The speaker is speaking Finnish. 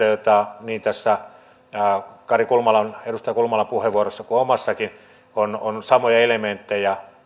joita oli niin tässä edustaja kulmalan puheenvuorossa kuin omassanikin on samoja elementtejä